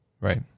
right